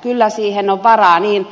kyllä siihen on varaa niin